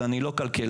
אז אני לא כלכלן,